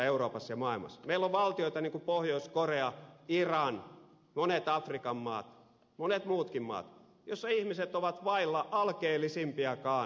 meillä on valtioita niin kuin pohjois korea iran monet afrikan maat monet muutkin maat joissa ihmiset ovat vailla alkeellisimpiakaan ihmisoikeuksia